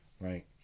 Right